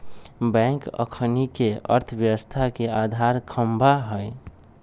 bank अखनिके अर्थव्यवस्था के अधार ख़म्हा हइ